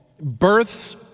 births